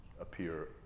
appear